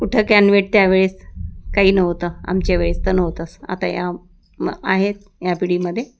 कुठं कॅनवेट त्यावेळेस काही नव्हतं आमच्या वेळेस तर नव्हतंच आता म आहेत या पिढीमध्ये